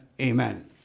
Amen